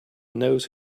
nose